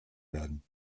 werden